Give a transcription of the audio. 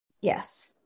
Yes